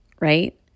right